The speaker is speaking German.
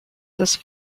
des